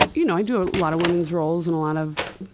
you know i do a lot of women's roles and a lot of